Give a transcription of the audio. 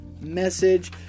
message